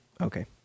Okay